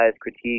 critique